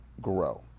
grow